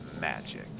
magic